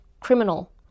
criminal